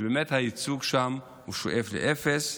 שבאמת הייצוג שם שואף לאפס.